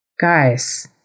guys